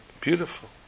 beautiful